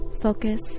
Focus